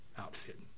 outfit